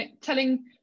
telling